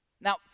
Now